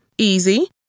Easy